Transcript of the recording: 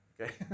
okay